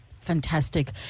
fantastic